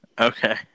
Okay